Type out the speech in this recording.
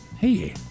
hey